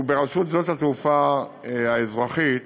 וברשות התעופה האזרחית,